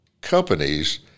companies